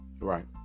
Right